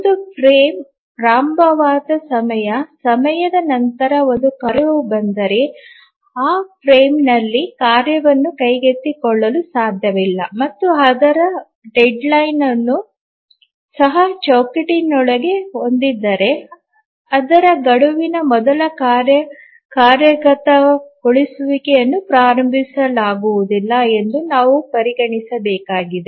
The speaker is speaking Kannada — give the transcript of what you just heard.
ಒಂದು ಫ್ರೇಮ್ ಪ್ರಾರಂಭವಾದ ಸ್ವಲ್ಪ ಸಮಯದ ನಂತರ ಒಂದು ಕಾರ್ಯವು ಬಂದರೆ ಆ ಚೌಕಟ್ಟಿನಲ್ಲಿ ಕಾರ್ಯವನ್ನು ಕೈಗೆತ್ತಿಕೊಳ್ಳಲು ಸಾಧ್ಯವಿಲ್ಲ ಮತ್ತು ಅದರ ಗಡುವನ್ನು ಸಹ ಚೌಕಟ್ಟಿನೊಳಗೆ ಹೊಂದಿದ್ದರೆ ಅದರ ಗಡುವಿನ ಮೊದಲು ಕಾರ್ಯ ಕಾರ್ಯಗತಗೊಳಿಸುವಿಕೆಯನ್ನು ಪ್ರಾರಂಭಿಸಲಾಗುವುದಿಲ್ಲ ಎಂದು ನಾವು ಪರಿಗಣಿಸಬೇಕಾಗಿದೆ